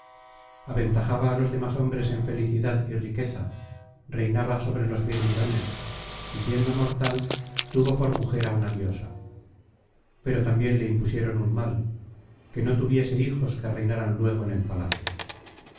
aventajaba á los demás hombres en felicidad y riqueza reinaba sobre los mirmidones y siendo mortal tuvo por mujer á una diosa pero también le impusieron un mal que no tuviese hijos que reinaran luego en el palacio